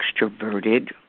extroverted